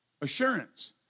Assurance